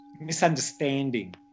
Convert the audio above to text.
misunderstanding